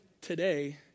today